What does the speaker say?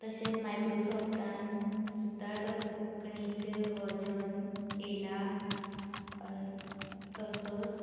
तशेंच मायक्रोसॉफ्टांत सुद्दां आतां कोंकणीचें वर्जन आयलां तसोच